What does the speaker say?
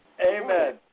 Amen